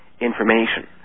information